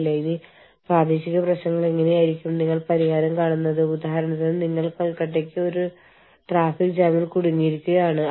കൂടാതെ ബൌദ്ധികസ്വത്ത് കണ്ടെത്തുന്നതും പാലിക്കുന്നതും ഹ്യൂമൻ റിസോഴ്സ് മാനേജറുടെ ഉത്തരവാദിതത്തിലുള്ള ഒരു കാര്യമാണ്